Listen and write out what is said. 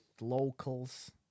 locals